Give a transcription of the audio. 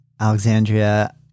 Alexandria